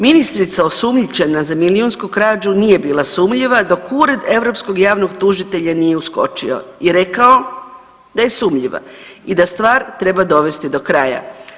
Ministrica osumnjičena za milijunsku krađu nije bila sumnjiva dok Ured europskog javnog tužitelja nije uskočio i rekao da je sumnjiva i da stvar treba dovesti do kraja.